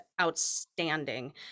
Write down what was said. outstanding